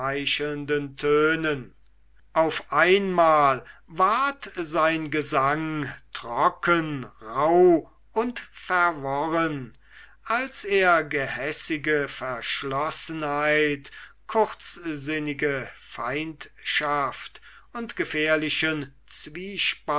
tönen auf einmal ward sein gesang trocken rauh und verworren als er gehässige verschlossenheit kurzsinnige feindschaft und gefährlichen zwiespalt